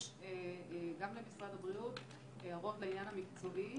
יש גם למשרד הבריאות הערות לעניין המקצועי,